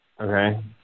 Okay